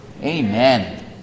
Amen